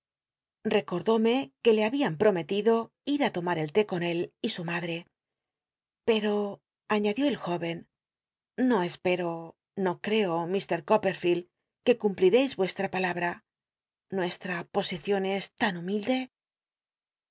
necorrlóme que le babia ll'omelido ir á lomar el lé con él y su madre u pco aiíadió el jóyen no espero no creo iir coppcrfield c uc cumplircis ueslm palaba nueslm posicion es tan humilde